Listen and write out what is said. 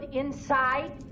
Inside